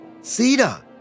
Sita